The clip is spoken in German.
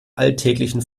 alltäglichen